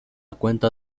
cuenta